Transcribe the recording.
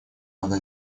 надо